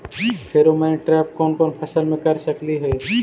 Pheromone trap कोन कोन फसल मे कर सकली हे?